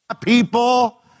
people